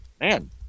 Man